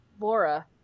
Laura